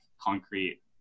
concrete